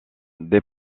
des